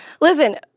Listen